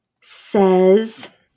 says